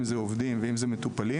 אם זה עובדים ואם זה מטופלים,